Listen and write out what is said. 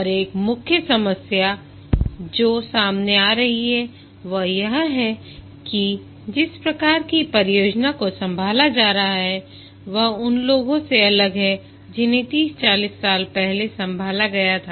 और एक मुख्य समस्या जो सामने आ रही है वह यह है कि जिस प्रकार की परियोजना को संभाला जा रहा है वह उन लोगों से अलग है जिन्हें 30 40 साल पहले संभाला गया था